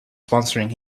sponsoring